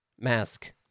Mask